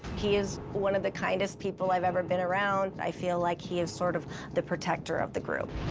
he is one of the kindest people i've ever been around. i feel like he is sort of the protector of the group.